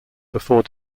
before